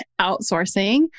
outsourcing